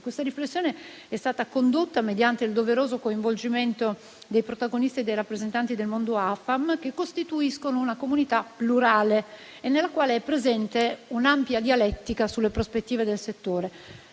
Questa riflessione è stata condotta mediante il doveroso coinvolgimento dei protagonisti e dei rappresentanti del mondo AFAM, che costituiscono una comunità plurale, nella quale è presente un'ampia dialettica sulle prospettive del settore.